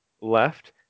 left